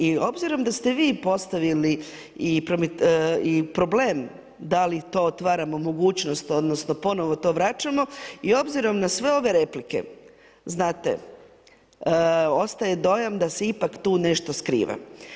I obzirom da ste vi postavili i problem da li to otvara mogućnost odnosno ponovno to vraćamo i obzirom na sve ove replike, znate, ostaje dojam da se ipak tu nešto skriva.